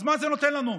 אז מה זה נותן לנו.